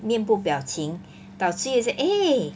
面部表情导师也是 eh